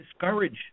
discourage